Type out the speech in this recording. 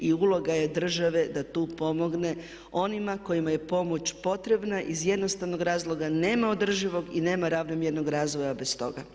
Uloga je države da tu pomogne onima kojima je pomoć potrebna iz jednostavnog razloga, nema održivog i nema ravnomjernog razvoja bez toga.